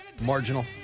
marginal